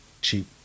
cheap